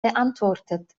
beantwortet